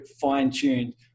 fine-tuned